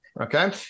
Okay